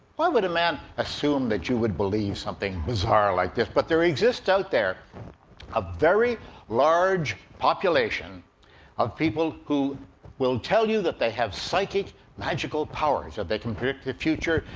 why would a man assume that you would believe something bizarre like this? but there exists out there a very large population of people who will tell you that they have psychic, magical powers that they can predict the future,